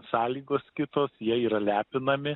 sąlygos kitos jie yra lepinami